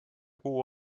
kuu